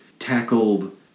Tackled